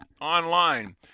online